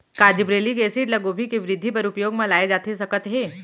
का gibberellic acid ल गोभी के वृद्धि बर उपयोग म लाये जाथे सकत हे?